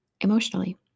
emotionally